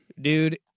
Dude